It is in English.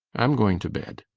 i'm going to bed.